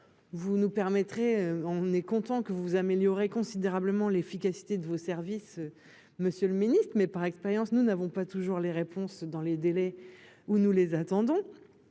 vous nous permettrez. On est content que vous améliorer considérablement l'efficacité de vos services. Monsieur le Ministre, mais par expérience, nous n'avons pas toujours les réponses dans les délais où nous les attendons.